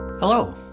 Hello